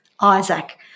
Isaac